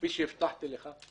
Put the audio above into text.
כפי שהבטחתי לך,